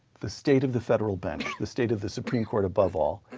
the state of the federal bench, the state of the supreme court above all,